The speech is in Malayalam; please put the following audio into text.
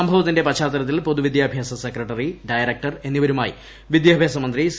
സംഭവത്തിന്റെ സ്റ്റേഷനിലേക്ക് പശ്ചാത്തലത്തിൽ പൊതുവിദ്യാഭ്യാസ സെക്രട്ടറി ഡയറക്ടർ എന്നിവരുമായി വിദ്യാഭ്യാസമന്ത്രി സി